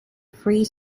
free